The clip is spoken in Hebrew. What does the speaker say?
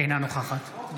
אינה נוכחת.